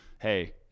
hey